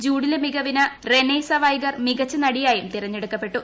ജൂഡിയിലെ മികവിന് റെനേസ വൈഗർ മികച്ച നടിയായും തിരഞ്ഞെടുക്കപ്പെട്ടു